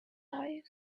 eyes